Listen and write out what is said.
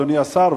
אדוני השר,